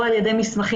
או על ידי מסמכים.